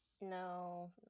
No